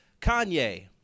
Kanye